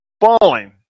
falling